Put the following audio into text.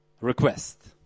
request